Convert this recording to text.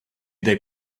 they